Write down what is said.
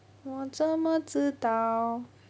我什么知道